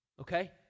Okay